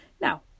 Now